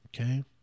Okay